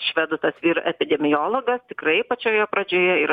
švedų tas vyr epidemiologas tikrai pačioje pradžioje ir